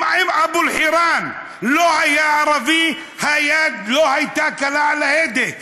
אם אבו אלקיעאן לא היה ערבי היד לא הייתה קלה על ההדק,